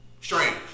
Strange